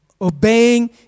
Obeying